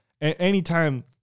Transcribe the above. anytime